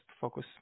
focus